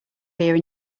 here